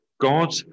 God